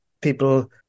people